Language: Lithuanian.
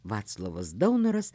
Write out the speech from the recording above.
vaclovas daunoras